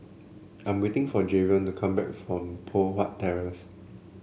I'm waiting for Javion to come back from Poh Huat Terrace